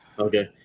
Okay